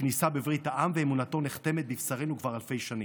הכניסה בברית העם ואמונתו נחתמת בבשרנו כבר אלפי שנים.